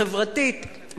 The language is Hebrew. חברתית,